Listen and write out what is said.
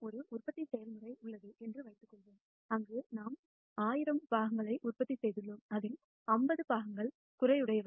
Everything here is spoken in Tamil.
எங்களிடம் ஒரு உற்பத்தி செயல்முறை உள்ளது என்று வைத்துக்கொள்வோம் அங்கு நாம் 1000 பாகங்களை உற்பத்தி செய்துள்ளோம் அதில் 50 பாகங்கள் குறைபாடுடையவை